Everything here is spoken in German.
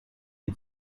wie